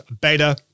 beta